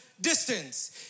distance